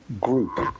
group